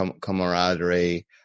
camaraderie